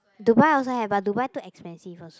Dubai also have but Dubai too expensive also